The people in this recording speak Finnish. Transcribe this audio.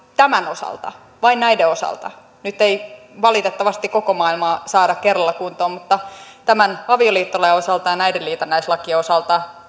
tämän osalta vain näiden osalta nyt ei valitettavasti koko maailmaa saada kerralla kuntoon mutta tämän avioliittolain ja näiden liitännäislakien osalta